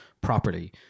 properly